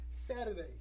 Saturday